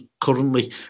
currently